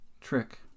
trick